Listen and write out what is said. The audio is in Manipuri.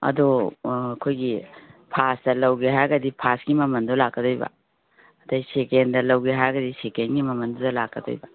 ꯑꯗꯣ ꯑꯩꯈꯣꯏꯒꯤ ꯐꯥꯔꯁꯇ ꯂꯧꯒꯦ ꯍꯥꯏꯔꯒꯗꯤ ꯐꯥꯔꯁꯀꯤ ꯃꯃꯟꯗꯣ ꯂꯥꯛꯀꯗꯣꯏꯕ ꯑꯗꯒꯤ ꯁꯦꯀꯦꯟꯗ ꯂꯧꯒꯦ ꯍꯥꯏꯔꯒꯗꯤ ꯁꯦꯀꯦꯟꯒꯤ ꯃꯃꯟꯗꯨꯗ ꯂꯥꯛꯀꯗꯣꯏꯕ